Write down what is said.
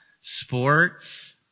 sports